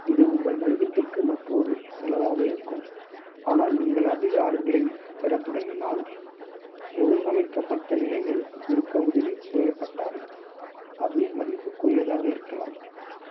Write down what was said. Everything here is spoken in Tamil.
இது உங்கள் வணிகத்திற்கு மற்றொரு செலவாக இருக்கும் ஆனால் நீங்கள் அதிக ஆர்டர்களை பெறத் தொடங்கினால் ஒழுங்கமைக்கப்பட்ட நிலையில் இருக்க உதவி தேவைப்பட்டால் அது மதிப்புக்குரியதாக இருக்கலாம்